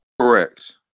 correct